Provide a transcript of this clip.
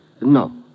No